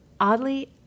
Oddly